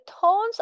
tones